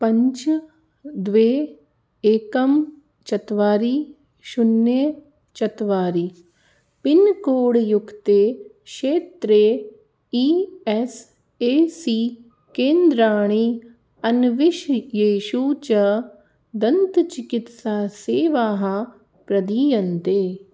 पञ्च द्वे एकं चत्वारि शून्यं चत्वारि पिन्कोड् युक्ते क्षेत्रे ई एस् ए सि केन्द्राणि अन्विष येषु च दन्तचिकित्सासेवाः प्रदीयन्ते